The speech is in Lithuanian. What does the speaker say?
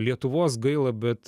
lietuvos gaila bet